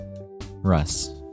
Russ